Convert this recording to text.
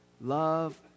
Love